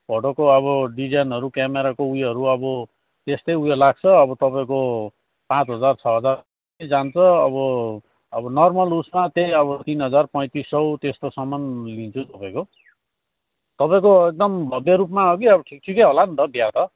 फोटोको अब डिजाइनहरू क्यामेराको उयोहरू अब त्यस्तै उयो लाग्छ अब तपाईँको पाँच हजार छ हजार जान्छ अब अब नर्मल उसमा त्यही अब तिन हजार पैँतिस सौ त्यस्तोसम्म लिन्छु तपाईँको तपाईँको एकदम भव्य रूपमा हो कि अब ठिक ठिकै होला नि त बिहा त